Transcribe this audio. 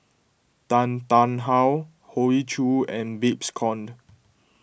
Tan Tarn How Hoey Choo and Babes Conde